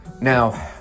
Now